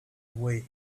awake